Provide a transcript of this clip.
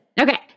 okay